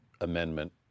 amendment